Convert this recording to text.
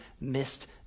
missed